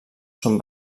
són